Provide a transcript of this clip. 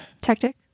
Tactic